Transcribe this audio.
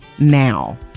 now